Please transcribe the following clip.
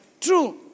True